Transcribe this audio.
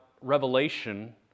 Revelation